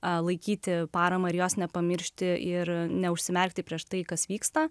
a laikyti paramą ir jos nepamiršti ir neužsimerkti prieš tai kas vyksta